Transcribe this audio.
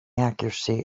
accuracy